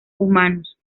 humanos